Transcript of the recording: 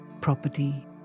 property